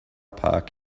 park